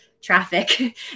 traffic